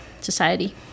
society